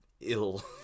ill